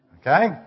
Okay